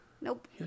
nope